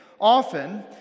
Often